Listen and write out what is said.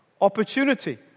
opportunity